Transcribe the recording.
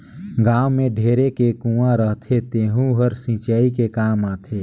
गाँव में ढेरे के कुँआ रहथे तेहूं हर सिंचई के काम आथे